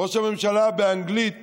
ראש הממשלה באנגלית